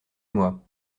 moi